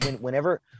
whenever